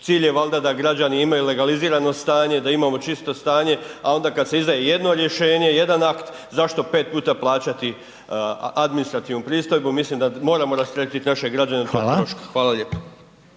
cilj je valjda da građani imaju legalizirano stanje, da imamo čisto stanje a onda kad se izdaje jedno rješenje, jedan akt, zašto pet puta plaćati administrativnu pristojbu, mislim da moramo rasteretiti naše građane tog troška, hvala lijepa.